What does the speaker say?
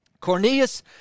Cornelius